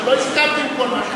אבל לא הסכמתי לכל מה שהוא אמר.